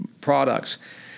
products